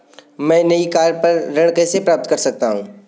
मैं नई कार पर ऋण कैसे प्राप्त कर सकता हूँ?